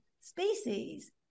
species